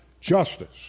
justice